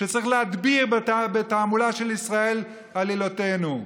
שצריך להדביר בתעמולה של "ישראל עלילותינו".